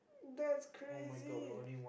that's crazy